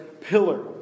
pillar